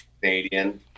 Canadian